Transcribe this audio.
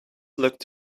looked